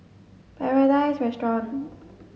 Paradise Restaurant